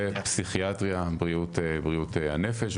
ופסיכיאטריה, בריאות הנפש.